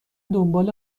دنبال